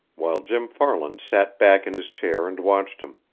while jim farland sat back in his chair and watched him.